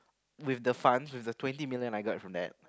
with the funds with the twenty million I got from that